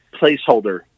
placeholder